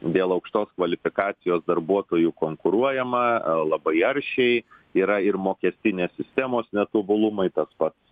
dėl aukštos kvalifikacijos darbuotojų konkuruojama labai aršiai yra ir mokestinės sistemos netobulumai tas pats